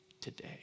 today